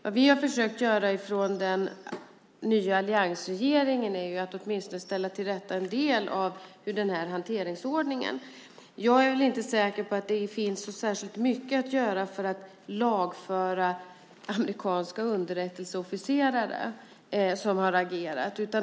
Vi i alliansregeringen har i alla fall försökt ställa till rätta en del av hanteringsordningen. Jag är inte säker på att det finns så särskilt mycket att göra för att lagföra amerikanska underrättelseofficerare som har agerat.